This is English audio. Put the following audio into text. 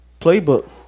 playbook